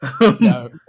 No